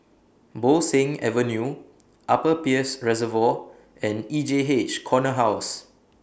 Bo Seng Avenue Upper Peirce Reservoir and E J H Corner House